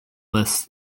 lists